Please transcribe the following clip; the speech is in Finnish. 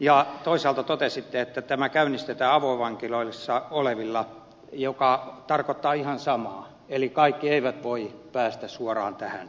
ja toisaalta totesitte että tämä käynnistetään avovankiloissa olevilla mikä tarkoittaa ihan samaa eli kaikki eivät voi päästä suoraan tähän